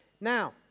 Now